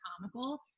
comical